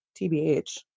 TBH